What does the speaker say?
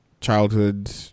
childhood